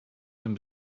den